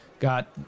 Got